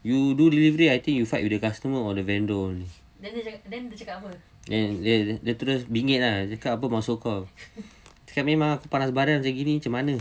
you do delivery I think you fight with the customer or the vendor only then then dia terus bingit ah dia cakap apa maksud kau cakap memang lah kau panas baran macam gini macam mana